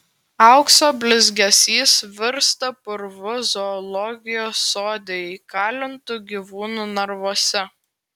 aukso blizgesys virsta purvu zoologijos sode įkalintų gyvūnų narvuose